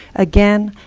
again,